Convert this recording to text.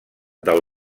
del